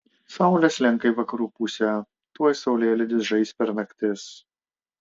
saulė slenka į vakarų pusę tuoj saulėlydis žais per naktis